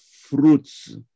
fruits